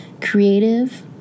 creative